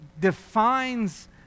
defines